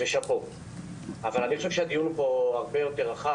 אבל אני חושב שהדיון הרבה יותר רחב,